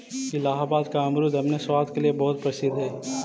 इलाहाबाद का अमरुद अपने स्वाद के लिए बहुत प्रसिद्ध हई